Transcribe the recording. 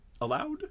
allowed